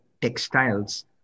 textiles